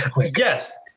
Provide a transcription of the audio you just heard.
yes